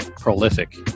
prolific